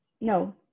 no